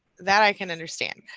that i can understand.